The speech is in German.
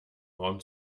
raum